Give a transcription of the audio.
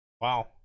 Wow